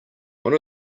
one